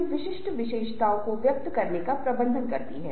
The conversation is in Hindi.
और वे दिए गए कार्य को करने की कोशिश करते हैं